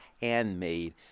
handmade